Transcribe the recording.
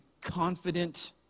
confident